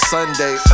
Sunday